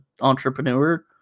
entrepreneur